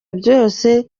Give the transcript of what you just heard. byose